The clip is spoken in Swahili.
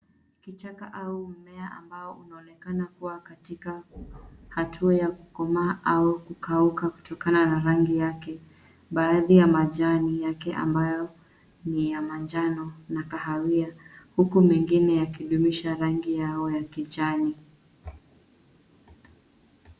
Kichaka au mmea ambao unaonekana kuwa katika hatua ya kukomaa au kukauka kutokana na rangi yake. Baadhi ya majani yake ambayo ni ya manjano na kahawia huku mengine yakidumisha rangi yao ya kijani.